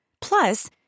Plus